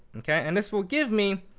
and this will give me,